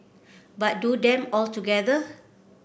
but do them all together